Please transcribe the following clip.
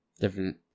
Different